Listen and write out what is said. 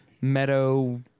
Meadow